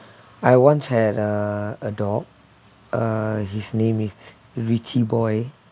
I once had a a dog uh his name is richie boy